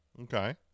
Okay